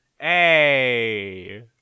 Hey